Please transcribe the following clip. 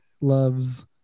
loves